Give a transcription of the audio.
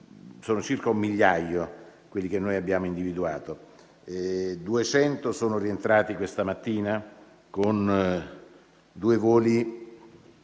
sono circa un migliaio quelli che abbiamo individuato; 200 sono rientrati questa mattina con due voli